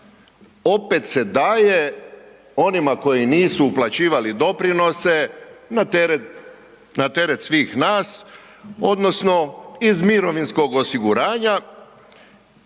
opet se daje onima koji nisu uplaćivali doprinose na teret, na teret svih nas odnosno iz mirovinskog osiguranja